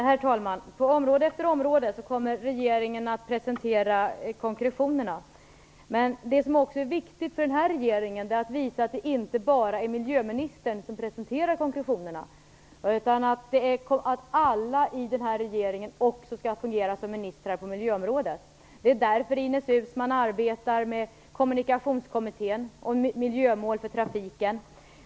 Herr talman! På område efter område kommer regeringen att presentera konkretionerna. Men en viktig sak för den här regeringen är att visa att det inte bara är miljöministern som presenterar konkretionerna. Alla i den här regeringen skall också fungera som ministrar på miljöområdet. Det är därför Ines Uusmann arbetar med Kommunikationskommittén om miljömål för trafiken.